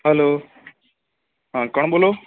hello હં કોણ બોલો